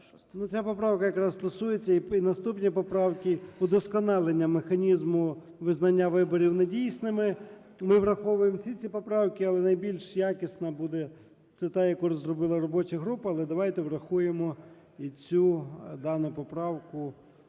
Ця поправка якраз стосується і наступні поправки удосконалення механізму визнання виборів недійсними. Ми враховуємо всі ці поправки. Але найбільш якісна буде це та, яку розробила робоча група. Але давайте врахуємо і цю дану поправку,